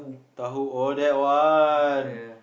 tauhu oh that one